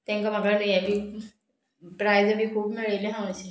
तांकां म्हाका न्हू हे बी प्रायज बी खूब मेळिल्ले हा अशें